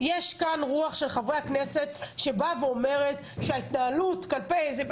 יש כאן רוח של חברי הכנסת שבאה ואומרת שההתנהלות כלפי,